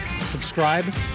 subscribe